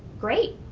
great.